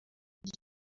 rye